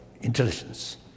intelligence